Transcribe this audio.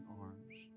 arms